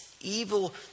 evil